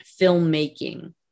filmmaking